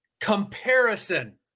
Comparison